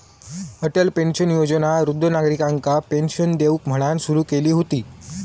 Atal pension योजना वृद्ध नागरिकांका पेंशन देऊक म्हणान सुरू केली हुती